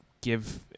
give